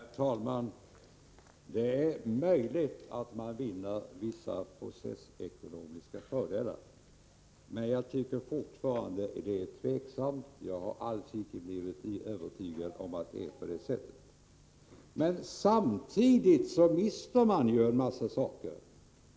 Herr talman! Det är möjligt att man vinner vissa processekonomiska fördelar, men jag tycker fortfarande att det är tveksamt — jag har alls icke blivit övertygad om att det är på det sättet. Men samtidigt mister man ju en massa saker.